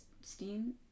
Steam